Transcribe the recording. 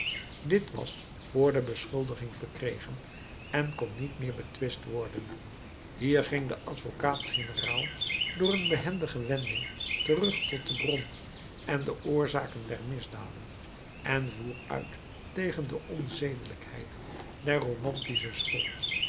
dit was voor de beschuldiging verkregen en kon niet meer betwist worden hier ging de advocaat-generaal door een behendige wending terug tot de bron en de oorzaken der misdaden en voer uit tegen de onzedelijkheid der romantische school